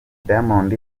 diamond